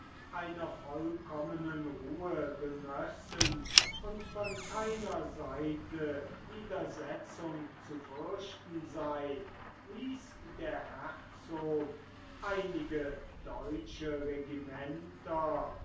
einer vollkommenen ruhe genössen und von keiner seite widersetzung zu fürchten sei ließ der herzog einige deutsche regimenter